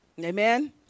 Amen